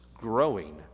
growing